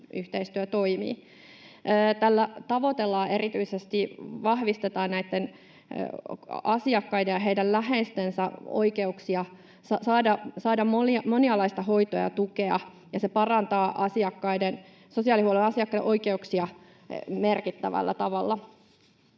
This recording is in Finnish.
rajapintayhteistyö toimivat. Tällä erityisesti vahvistetaan asiakkaiden ja heidän läheistensä oikeuksia saada monialaista hoitoa ja tukea, ja se parantaa sosiaalihuollon asiakkaiden oikeuksia merkittävällä tavalla.